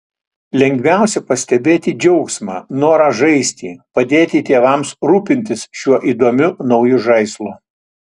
lengviausia pastebėti džiaugsmą norą žaisti padėti tėvams rūpintis šiuo įdomiu nauju žaislu